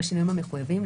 בשינויים המחויבים,